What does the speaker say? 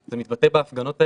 זה מתבטא בהפגנות האלה.